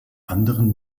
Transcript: anderen